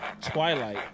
Twilight